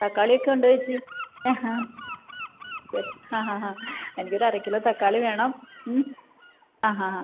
തക്കാളി ഒക്കെ ഉണ്ടോ ചേച്ചി ഏ ഹാ ശരി ഹാ ഹാ ഹാ എനിക്കൊരു അര കിലോ തക്കാളി വേണം ആ ഹാ ഹാ